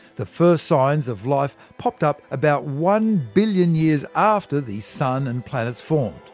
the first signs of life popped up about one billion years after the sun and planets formed.